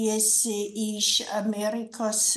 tiesiai iš amerikos